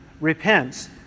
repents